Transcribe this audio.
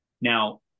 Now